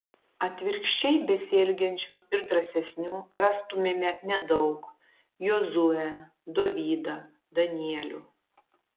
atvirkščiai besielgiančių ir drąsesnių rastumėme nedaug jozuę dovydą danielių